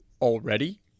already